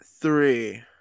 Three